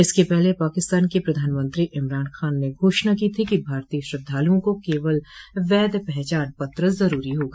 इसके पहले पाकिस्तान के प्रधानमंत्री इमरान खान ने घोषणा की थी कि भारतीय श्रद्धालुओं को केवल वैध पहचान पत्र जरूरी होगा